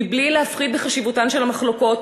מבלי להפחית בחשיבותן של המחלוקות,